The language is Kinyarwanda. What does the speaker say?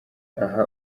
aha